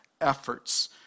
efforts